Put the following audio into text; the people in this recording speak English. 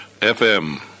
FM